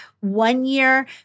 one-year